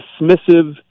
dismissive